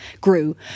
grew